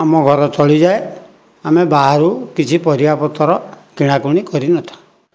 ଆମ ଘର ଚଳିଯାଏ ଆମେ ବାହାରୁ କିଛି ପରିବାପତ୍ର କିଣା କୁଣି କରିନଥାଉ